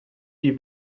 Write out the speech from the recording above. die